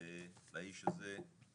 ולאיש הזה,